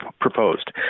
proposed